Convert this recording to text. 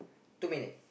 two minute